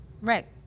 right